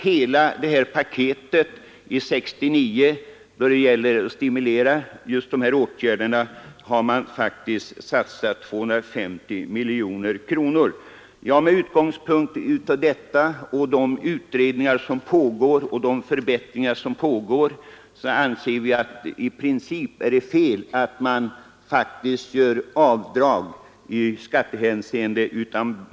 ,Hela detta paket av stimulansåtgärder i propositionen nr 69 har det satsats 250 miljoner kronor på. Med utgångspunkt i detta samt de utredningar och förbättringar som pågår, anser jag att det principiellt är felaktigt att medge avdrag på skatten.